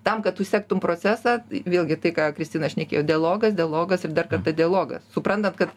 tam kad tu sektum procesą vėlgi tai ką kristina šnekėjo dialogas dialogas ir dar kartą dialogas suprantant kad